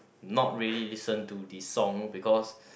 not really listen to this song because